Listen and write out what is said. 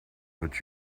but